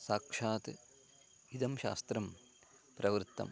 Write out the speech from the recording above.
साक्षात् इदं शास्त्रं प्रवृत्तम्